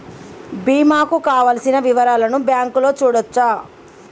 బీమా కు కావలసిన వివరాలను బ్యాంకులో చూడొచ్చా?